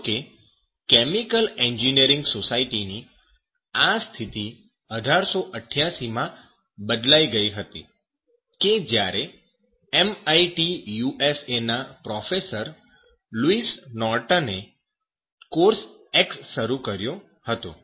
જોકે chemical engineering સોસાયટીની આ સ્થિતિ 1888 માં બદલાઈ ગઈ હતી કે જ્યારે MIT USA ના પ્રોફેસર લુઈસ નોર્ટને કોર્સ X શરૂ કર્યો હતો